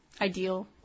ideal